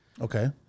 Okay